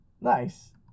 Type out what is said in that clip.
Nice